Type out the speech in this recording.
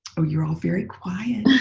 oh you're all very quite.